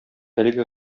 әлеге